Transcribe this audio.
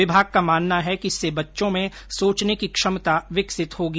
विभाग का मानना है कि इससे बच्चों में सोचने की क्षमता विकसित होगी